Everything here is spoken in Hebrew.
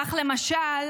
כך למשל,